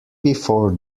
before